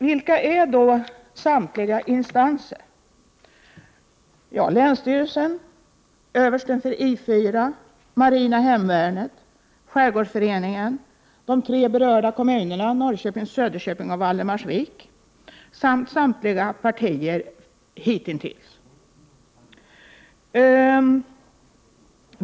Vilka är då de, jo, länsstyrelsen, översten vid I 4, marina hemvärnet, skärgårdsföreningen, de tre berörda kommunerna Norrköping, Söderköping och Valdemarsvik samt samtliga partier — hitintills.